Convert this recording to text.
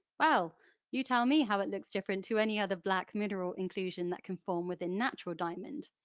well you tell me how it looks different to any other black mineral inclusion that can form within natural diamond,